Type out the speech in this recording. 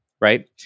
right